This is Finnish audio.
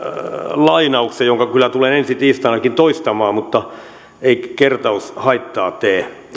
lainauksen jonka kyllä tulen ensi tiistainakin toistamaan mutta ei kertaus haittaa tee